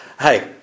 hey